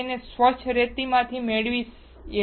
99 તેને સ્વચ્છ રેતી માંથી મેળવીએ છીએ